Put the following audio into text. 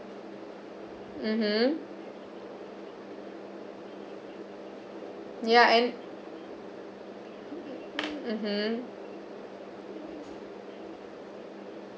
mmhmm ya and mmhmm